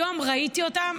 היום ראיתי אותן,